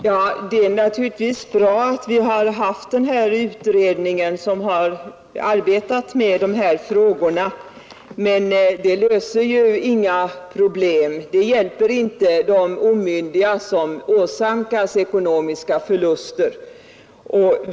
Herr talman! Det är naturligtvis bra att förmynderskapsutredningen har arbetat med dessa frågor, men det hjälper inte de omyndiga som åsamkas ekonomiska förluster. Det behövs konkreta insatser.